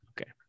Okay